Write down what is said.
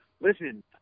listen